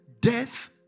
death